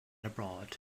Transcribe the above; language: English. abroad